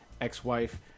ex-wife